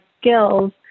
skills